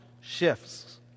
shifts